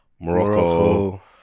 Morocco